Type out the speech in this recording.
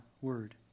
word